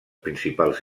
principals